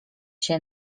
się